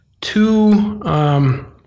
two